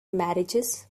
marriages